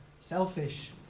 selfish